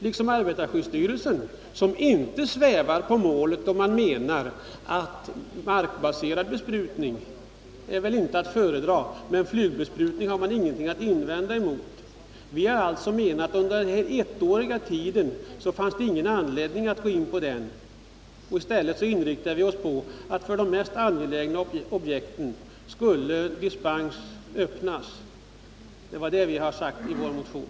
Dessa instanser svävar inte på målet när de säger att markbaserad besprutning inte är att föredra, men att man inte har något att invända mot flygbesprutning. Vi har ansett att det under denna ettårsperiod inte fanns någon anledning att gå in på frågan. I stället har vi förordat att dispens skulle ges för de mest angelägna objekten, vilket vi också sagt i vår motion.